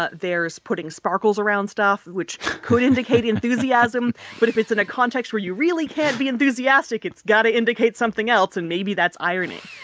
ah there's putting sparkles around stuff. which could indicate enthusiasm. but if it's in a context where you really can't be enthusiastic, it's got to indicate something else. and maybe that's irony.